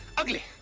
ugly!